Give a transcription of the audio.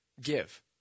Give